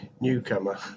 newcomer